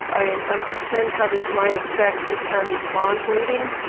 i'm i'm concerned how this might affect the county's bond rating.